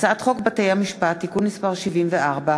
הצעת חוק בתי-המשפט (תיקון מס' 74)